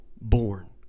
born